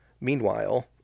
Meanwhile